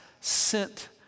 sent